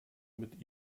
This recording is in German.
mit